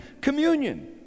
communion